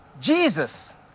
Jesus